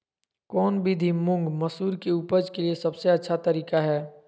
कौन विधि मुंग, मसूर के उपज के लिए सबसे अच्छा तरीका है?